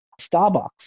Starbucks